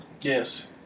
Yes